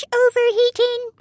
overheating